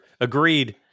Agreed